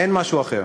אין משהו אחר.